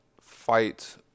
fight